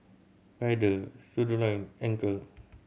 Feather Studioline Anchor